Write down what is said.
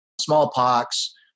smallpox